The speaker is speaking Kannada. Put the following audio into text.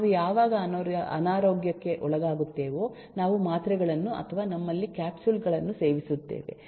ನಾವು ಯಾವಾಗ ಅನಾರೋಗ್ಯಕ್ಕೆ ಒಳಗಾಗುತ್ತೇವೋ ನಾವು ಮಾತ್ರೆಗಳನ್ನು ಅಥವಾ ನಮ್ಮಲ್ಲಿ ಕ್ಯಾಪ್ಸುಲ್ ಗಳನ್ನು ಸೇವಿಸುತ್ತೇವೆ